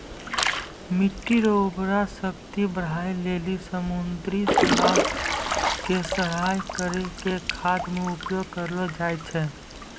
मिट्टी रो उर्वरा शक्ति बढ़ाए लेली समुन्द्री शैलाव के सड़ाय करी के खाद मे उपयोग करलो जाय छै